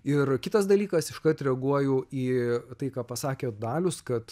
ir kitas dalykas iškart reaguoju į tai ką pasakė dalius kad